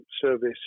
service